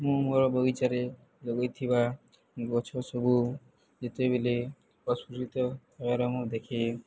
ମୁଁ ମୋର ବଗିଚାରେ ଲଗେଇଥିବା ଗଛ ସବୁ ଯେତେବେଳେ ପ୍ରସ୍ଫୁଟିତ ହେବାର ମୁଁ ଦେଖେ